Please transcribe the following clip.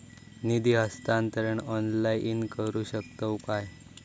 निधी हस्तांतरण ऑनलाइन करू शकतव काय?